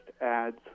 adds